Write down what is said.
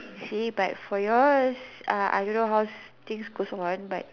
see but for yours uh I don't know how's things goes on